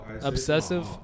obsessive